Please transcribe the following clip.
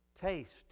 taste